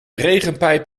regenpijp